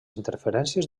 interferències